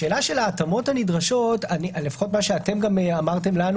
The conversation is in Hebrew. השאלה של ההתאמות הנדרשות לפחות לפי מה שאתם אמרתם לנו